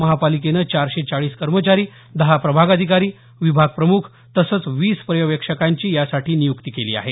महापालिकेनं चारशे चाळीस कर्मचारी दहा प्रभाग अधिकारी विभाग प्रमुख तसंच वीस पर्यवेक्षकांची यासाठी नियुक्ती केली आहे